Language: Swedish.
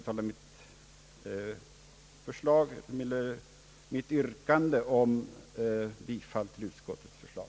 Jag vidhåller mitt yrkande om bifall till utskottets förslag.